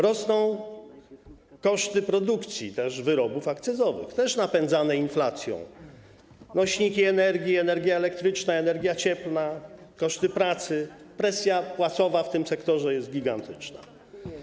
Rosną też koszty produkcji wyrobów akcyzowych, też napędzane inflacją, nośników energii, energii elektrycznej, energii cieplnej, koszty pracy - presja płacowa w tym sektorze jest gigantyczna.